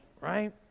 Right